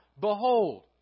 Behold